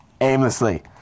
aimlessly